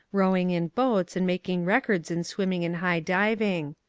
rowing in boats, and making records in swimming and high diving.